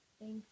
thank